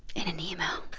in an email